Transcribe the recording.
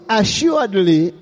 assuredly